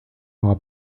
war